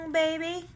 baby